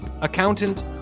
accountant